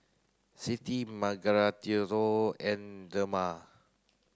Clytie Margarito and Dema